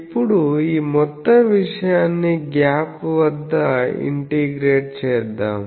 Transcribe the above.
ఇప్పుడు ఈ మొత్తం విషయాన్ని గ్యాప్ వద్ద ఇంటిగ్రేట్ చేద్దాం